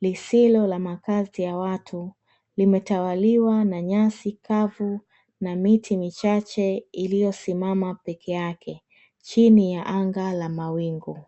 lisilo la makazi ya watu, limetawaliwa na nyasi kavu na miti michache iliyosimama pekeyake chini ya anga la mawingu.